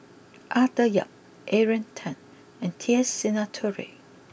Arthur Yap Adrian Tan and T S Sinnathuray